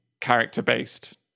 character-based